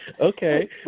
Okay